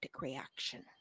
reaction